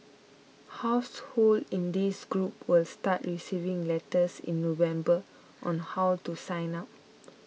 households in this group will start receiving letters in November on how to sign up